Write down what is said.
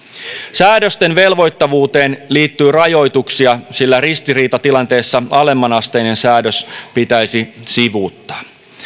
säädösten velvoittavuuteen liittyy rajoituksia sillä ristiriitatilanteessa alemmanasteinen säädös pitäisi sivuuttaa